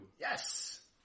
Yes